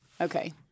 okay